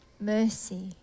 mercy